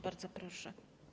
Bardzo proszę.